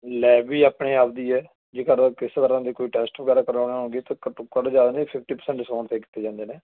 lab ਵੀ ਆਪਣੇ ਆਪ ਦੀ ਹੈ ਜੇਕਰ ਕਿਸੇ ਤਰ੍ਹਾਂ ਦੇ ਕੋਈ ਟੈਸਟ ਵਗੈਰਾ ਕਰਵਾਉਣੇ ਹੋਣਗੇ ਤਾਂ ਘੱਟੋ ਘੱਟ ਜ਼ਿਆਦਾ ਨਹੀਂ ਫਿਫਟੀ ਪਰਸੈਂਟ ਡਿਸਕਾਊਂਟ 'ਤੇ ਕੀਤੇ ਜਾਂਦੇ ਨੇ